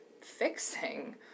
fixing